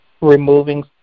removing